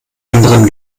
anderen